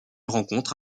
rencontre